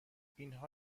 اینها